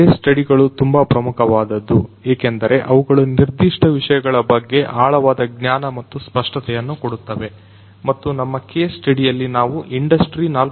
case study ಗಳು ತುಂಬಾ ಪ್ರಮುಖವಾದದ್ದು ಏಕೆಂದರೆ ಅವುಗಳು ನಿರ್ದಿಷ್ಟ ವಿಷಯಗಳ ಬಗ್ಗೆ ಆಳವಾದ ಜ್ಞಾನ ಮತ್ತು ಸ್ಪಷ್ಟತೆಯನ್ನು ಕೊಡುತ್ತವೆ ಮತ್ತು ನಮ್ಮ ಕೇಸ್ ಸ್ಟಡಿ ಯಲ್ಲಿ ನಾವು ಇಂಡಸ್ಟ್ರಿ 4